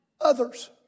others